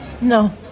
No